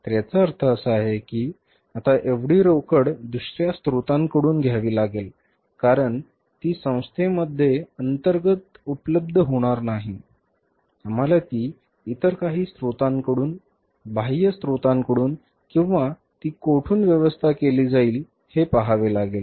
तर याचा अर्थ असा आहे की आता एवढी रोकड दुसर्या स्त्रोतांकडून घ्यावी लागेल कारण ती संस्थेमध्ये अंतर्गत उपलब्ध होणार नाही आम्हाला ती इतर काही स्त्रोतांकडून बाह्य स्रोतांकडून किंवा ती कोठून व्यवस्था केली जाईल हे पहावे लागेल